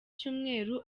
cyumweru